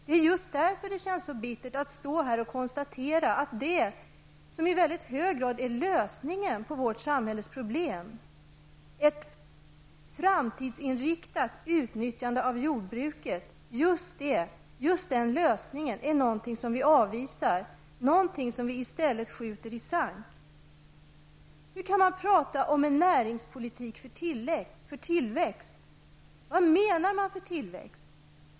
Det är just därför det känns så bittert att stå här och konstatera att det som i väldigt hög grad är lösningen på vårt samhälles problem, ett framtidsinriktat utnyttjande av jordbruket, är någonting som vi avvisar, någonting som vi i stället skjuter i sank. Hur kan man prata om en näringspolitik för tillväxt? Vad menar man för tillväxt?